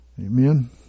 Amen